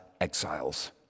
exiles